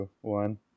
one